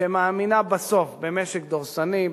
שמאמינה בסוף במשק דורסני,